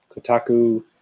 Kotaku